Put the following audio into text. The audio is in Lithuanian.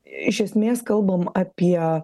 iš esmės kalbam apie